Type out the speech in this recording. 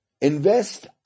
invest